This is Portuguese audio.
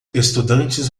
estudantes